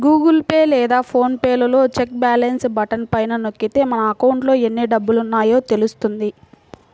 Google Pay లేదా PhonePe లో check balance button పైన నొక్కితే మన అకౌంట్లో ఎన్ని డబ్బులున్నాయో తెలుస్తుంది